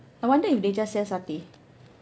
I wonder if they just sell satay